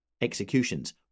Executions